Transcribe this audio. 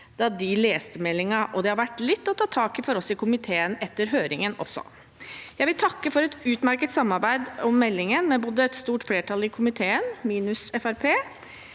de leste meldingen. Det har også vært litt å ta tak i for oss i komiteen etter høringen. Jeg vil takke for et utmerket samarbeid om meldingen både med et stort flertall i komiteen – minus